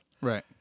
Right